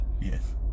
Yes